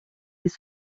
les